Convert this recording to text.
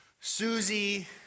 Susie